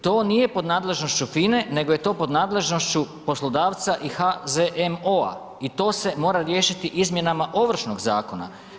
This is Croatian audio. To nije pod nadležnošću FINE nego je to pod nadležnošću poslodavca i HZMO i to se mora riješiti izmjenama Ovršnog zakona.